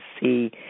see